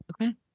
Okay